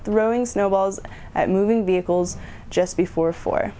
throwing snowballs at moving vehicles just before fo